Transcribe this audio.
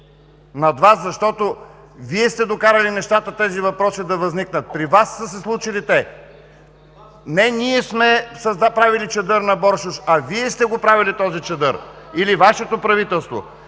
Над Вас, защото Вие сте докарали нещата тези въпроси да възникнат. При Вас са се случили те. Не ние сме направили чадър над Боршош, а Вие сте го правили този чадър, или Вашето правителство.